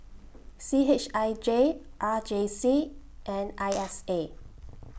C H I J R J C and I S A